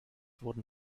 wurden